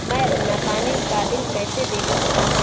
मैं अपना पानी का बिल कैसे देख सकता हूँ?